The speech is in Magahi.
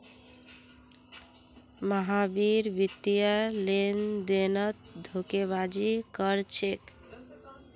महावीर वित्तीय लेनदेनत धोखेबाजी कर छेक